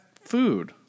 food